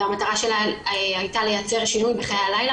והמטרה שלה היתה לייצר שינוי בחיי הלילה